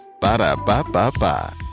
Ba-da-ba-ba-ba